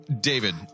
David